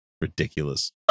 Ridiculous